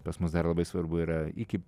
pas mus dar labai svarbu yra iki